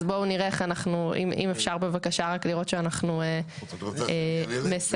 אז אם אפשר לראות שאנחנו מסכמים.